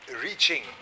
reaching